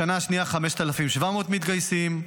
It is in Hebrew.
בשנה השנייה, 5,700 מתגייסים,